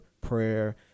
prayer